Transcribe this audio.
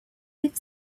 with